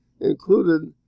included